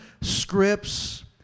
scripts